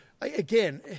again